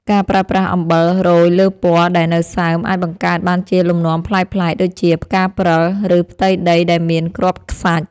ការប្រើប្រាស់អំបិលរោយលើពណ៌ដែលនៅសើមអាចបង្កើតបានជាលំនាំប្លែកៗដូចជាផ្កាព្រិល ឬ ផ្ទៃដីដែលមានគ្រាប់ខ្សាច់។